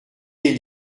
des